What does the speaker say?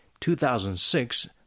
2006